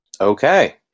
okay